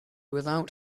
without